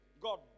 god